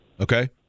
Okay